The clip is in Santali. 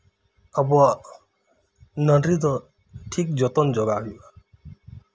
ᱟᱵᱚᱣᱟᱜ ᱱᱟᱹᱰᱨᱤ ᱫᱚ ᱴᱷᱤᱠ ᱡᱚᱛᱚᱱ ᱡᱚᱜᱟᱣ ᱦᱩᱭᱩᱜᱼᱟ